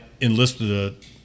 enlisted